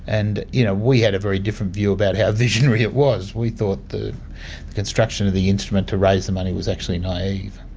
and you know we had a very different view about how visionary it was. we thought the the construction of the instrument to raise the money was actually naive.